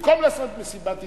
במקום לעשות מסיבת עיתונאים.